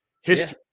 history